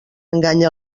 enganya